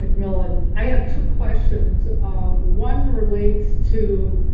mcmillan. i have two questions. ah one relates to